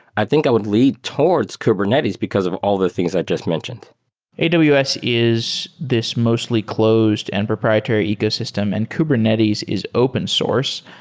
i think i would lead towards kubernetes because of all the things i just mentioned and aws is this mostly closed and proprietary ecosystem, and kubernetes is open source.